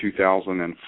2004